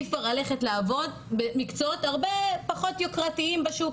עדיף כבר ללכת לעבוד במקצועות הרבה פחות יוקרתיים בשוק,